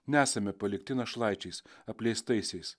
nesame palikti našlaičiais apleistaisiais